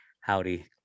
howdy